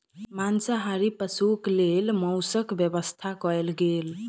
मांसाहारी पशुक लेल मौसक व्यवस्था कयल गेल